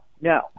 no